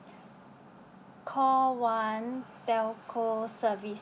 call one telco service